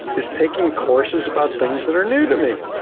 is taking courses about things that are new to me.